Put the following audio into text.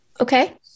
Okay